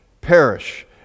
perish